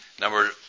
Number